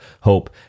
hope